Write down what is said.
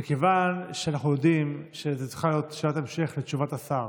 מכיוון שאנחנו יודעים שזאת צריכה להיות שאלת המשך לתשובת השר